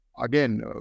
again